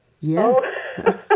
Yes